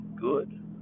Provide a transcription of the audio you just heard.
good